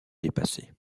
dépasser